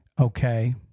okay